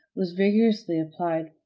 was vigorously applied.